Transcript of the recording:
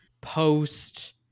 post-